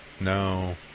No